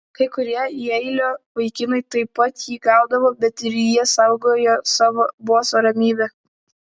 kai kurie jeilio vaikinai taip pat jį gaudavo bet ir jie saugojo savo boso ramybę